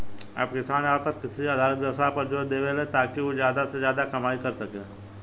अब किसान ज्यादातर कृषि आधारित व्यवसाय पर जोर देवेले, ताकि उ ज्यादा से ज्यादा कमाई कर सके